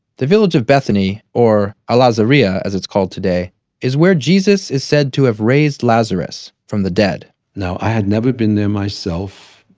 the village of bethany or al-azariya as its called today is where jesus is said to have raised lazarus from the dead now, i had never been there myself.